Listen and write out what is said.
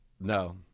No